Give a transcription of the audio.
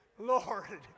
Lord